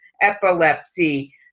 epilepsy